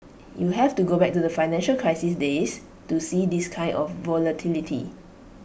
you have to go back to the financial crisis days to see this kind of volatility